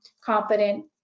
competent